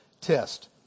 test